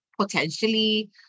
potentially